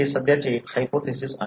हे सध्याचे हायपोथेसिस आहे